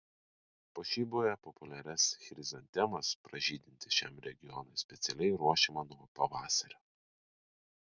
puošyboje populiarias chrizantemas pražydinti šiam renginiui specialiai ruošiama nuo pavasario